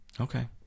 Okay